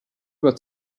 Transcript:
that